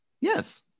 Yes